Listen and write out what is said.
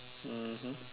mmhmm